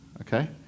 okay